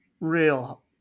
real